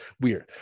weird